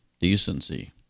decency